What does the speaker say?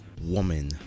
woman